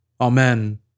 Amen